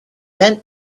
bent